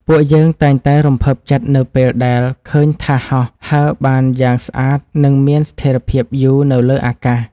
ពួកយើងតែងតែរំភើបចិត្តនៅពេលដែលឃើញថាសហោះហើរបានយ៉ាងស្អាត និងមានស្ថិរភាពយូរនៅលើអាកាស។